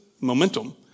momentum